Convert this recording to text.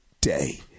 day